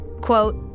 quote